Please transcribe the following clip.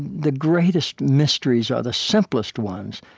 the greatest mysteries are the simplest ones.